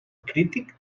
crític